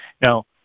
Now